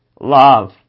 Love